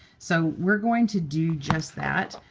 so we're going to do just that.